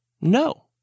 No